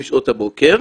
בשעות הבוקר,